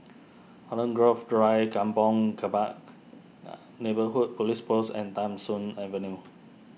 Holland Grove Drive Kampong Kembangan Neighbourhood Police Post and Tham Soong Avenue